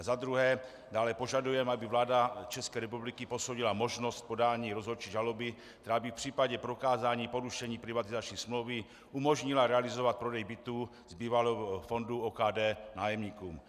Za druhé požadujeme, aby vláda České republiky posoudila možnost podání rozhodčí žaloby, která by v případě prokázání porušení privatizační smlouvy umožnila realizovat prodej bytů z bývalého fondu OKD nájemníkům.